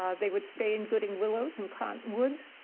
um they would stay in goodding willows and cottonwoods